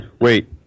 Wait